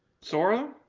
Sora